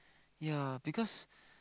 ya because